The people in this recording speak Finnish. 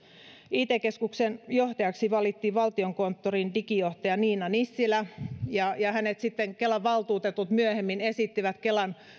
it keskuksen johtajaksi valittiin valtiokonttorin digijohtaja nina nissilä ja ja häntä kelan valtuutetut myöhemmin esittivät kelan